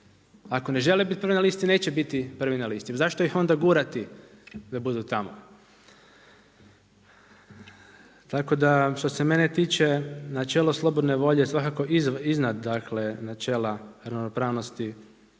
Ako ne žele biti prvi na listi neće biti prvi na listi. Zašto ih onda gurati da budu tamo? Tako da što se mene tiče načelo slobodne volje svakako iznad dakle načela ravnopravnosti